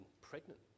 pregnant